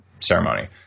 ceremony